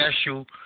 special